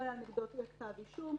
לא היה נגדו כתב אישום,